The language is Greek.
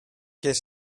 και